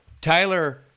Tyler